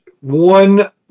one